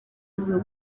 hamwe